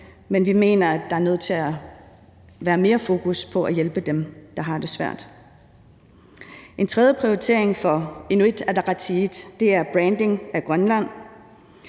men vi mener, at der er nødt til at komme mere fokus på at hjælpe dem, der har det svært. En tredje prioritering for Inuit Ataqatigiit er branding af Grønland.